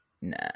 nah